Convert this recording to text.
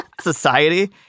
society